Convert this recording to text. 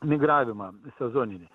migravimą sezoninį